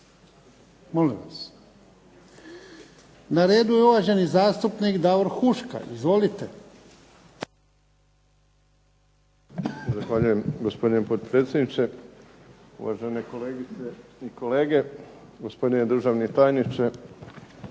molim vas. Na redu je uvaženi zastupnik Davor Huška. **Huška,